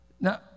Now